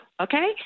Okay